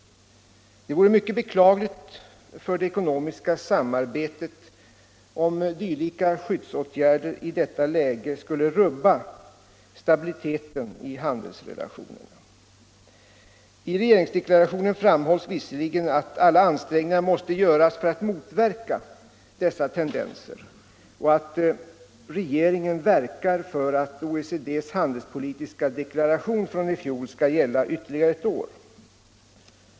Det vore mycket beklagligt för det ekonomiska samarbetet om dylika skyddsåtgärder i detta läge skulle rubba stabiliteten i handelsrelationerna. I regeringsdeklarationen framhålls visserligen att alla ansträngningar måste göras för att motverka dessa tendenser och att regeringen verkar för att OECD:s handelspolitiska deklaration från i fjol skall gälla ytterligare ett år.